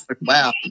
Wow